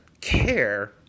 care